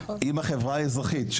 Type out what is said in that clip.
עם החברה האזרחית,